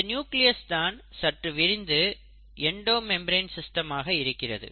இந்த நியூக்ளியஸ் தான் சற்று விரிந்து எண்டோ மெம்பரேன் சிஸ்டமாக இருக்கிறது